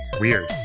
Weird